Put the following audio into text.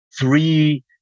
Three